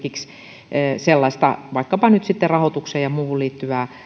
ja sitten tulee esimerkiksi vaikkapa nyt rahoitukseen ja muuhun liittyvää